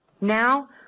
Now